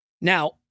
Now